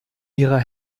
ihrer